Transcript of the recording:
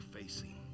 facing